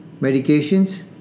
medications